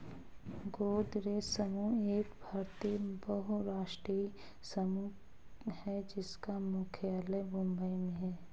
गोदरेज समूह एक भारतीय बहुराष्ट्रीय समूह है जिसका मुख्यालय मुंबई में है